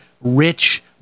rich